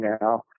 now